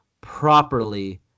properly